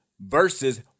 versus